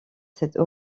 cette